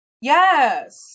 Yes